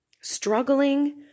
struggling